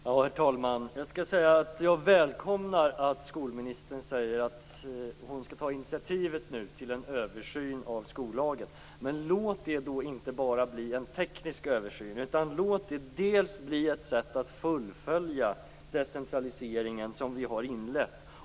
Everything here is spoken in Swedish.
Herr talman! Jag vill säga att jag välkomnar att skolministern säger att hon nu skall ta initiativ till en översyn av skollagen. Men låt det då inte bara bli en teknisk översyn! Låt det bli ett sätt att fullfölja den decentralisering som vi har inlett.